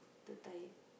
too tired